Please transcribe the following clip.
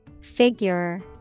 Figure